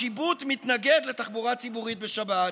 השיבוט מתנגד לתחבורה ציבורית בשבת,